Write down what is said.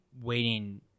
waiting